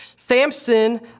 Samson